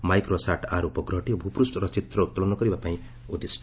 micro sat R ଉପଗ୍ରହଟି ଭ୍ରପୃଷ୍ଠର ଚିତ୍ର ଉତ୍ତୋଳନ କରିବାକ୍ ଉଦ୍ଦିଷ୍ଟ